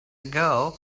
ago